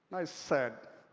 i said,